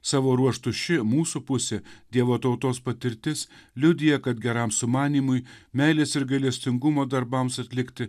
savo ruožtu ši mūsų pusė dievo tautos patirtis liudija kad geram sumanymui meilės ir gailestingumo darbams atlikti